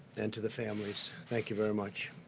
and to the families. thank you very much.